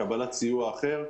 לקבלת סיוע אחר,